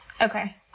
Okay